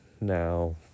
Now